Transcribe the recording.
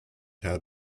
have